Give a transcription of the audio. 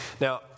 Now